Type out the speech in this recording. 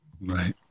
Right